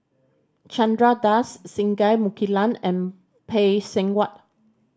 Chandra Das Singai Mukilan and Phay Seng Whatt